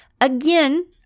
again